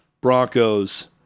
Broncos